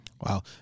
Wow